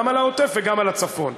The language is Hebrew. גם על העוטף וגם על הצפון,